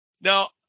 Now